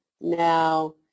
now